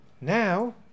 now